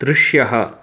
दृश्यः